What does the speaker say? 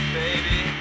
baby